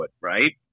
right